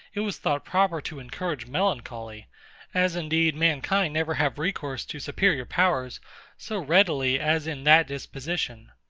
it was thought proper to encourage melancholy as indeed mankind never have recourse to superior powers so readily as in that disposition.